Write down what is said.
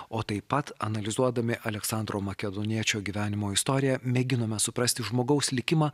o taip pat analizuodami aleksandro makedoniečio gyvenimo istoriją mėginome suprasti žmogaus likimą